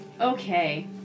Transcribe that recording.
Okay